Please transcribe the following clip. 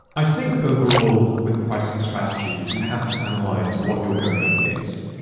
i think overall with pricing strategy, you have to analyze what you're going up against.